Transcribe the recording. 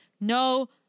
No